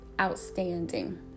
outstanding